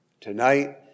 Tonight